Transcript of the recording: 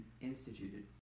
instituted